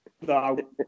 No